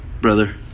Brother